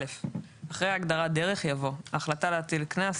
(א)אחרי ההגדרה "דרך" יבוא: "החלטה להטיל קנס",